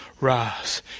rise